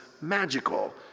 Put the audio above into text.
magical